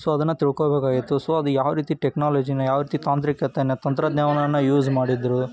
so ಅದನ್ನು ತಿಳ್ಕೊಳ್ಬೇಕಾಗಿತ್ತು so ಅದ್ಯಾವ ರೀತಿ ಟೆಕ್ನಾಲಾಜಿನ ಯಾವ ರೀತಿ ತಾಂತ್ರಿಕತೆನ ತಂತ್ರಜ್ಞಾನವನ್ನು ಯೂಸ್ ಮಾಡಿದರು